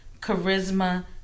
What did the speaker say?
charisma